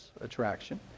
attraction